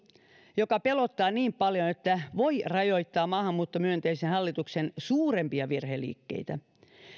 joka pelottaa niin paljon että se voi rajoittaa maahanmuuttomyönteisen hallituksen suurempia virheliikkeitä